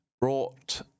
brought